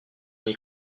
n’y